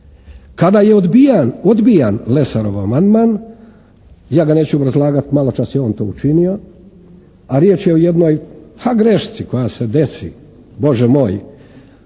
Kada je odbijan Lesarov amandman, ja ga neću obrazlagati, malo čas je on to učinio, a riječ je o jednoj grešci koja se desi, Bože moj,